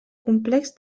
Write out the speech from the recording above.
complex